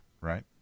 right